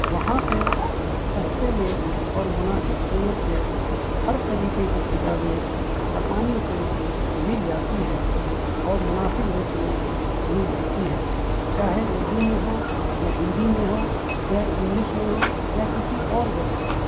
وہاں پہ سستے میں اور مناسب قیمت پہ ہر طریقے کی کتابیں آسانی سے مل جاتی ہے اور مناسب ریٹ میں مل جاتی ہیں چاہے اردو میں ہو یا ہندی میں ہو یا انگلش میں ہو یا کسی اور زبان میں